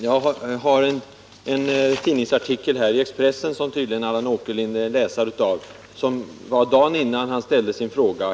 Jag har här en artikel i Expressen, som Allan Åkerlind tydligen är läsare av. Artikeln var införd dagen innan Allan Åkerlind ställde sin fråga.